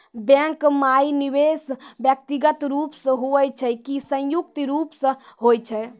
Bank माई निवेश व्यक्तिगत रूप से हुए छै की संयुक्त रूप से होय छै?